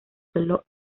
solo